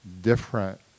different